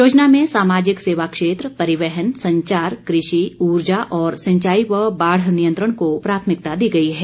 योजना में सामाजिक सेवा क्षेत्र परिवहन संचार कृषि उर्जा और सिंचाई व बाढ़ नियंत्रण को प्राथमिकता दी गई है